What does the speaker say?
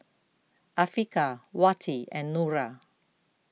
Afiqah Wati and Nura